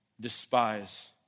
despise